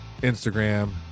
Instagram